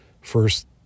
first